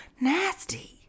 nasty